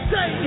Say